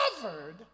covered